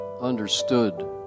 understood